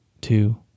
two